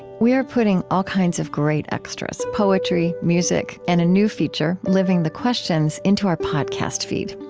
we are putting all kinds of great extras poetry, music, and a new feature living the questions into our podcast feed.